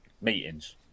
meetings